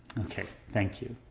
okay. thank you.